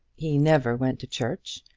he never went to church,